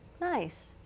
Nice